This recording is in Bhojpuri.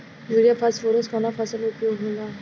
युरिया फास्फोरस कवना फ़सल में उपयोग होला?